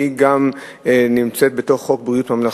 והיא נמצאת גם בתוך חוק ביטוח בריאות ממלכתי.